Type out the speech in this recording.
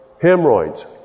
Hemorrhoids